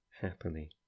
happily